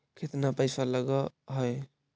केतना पैसा लगय है?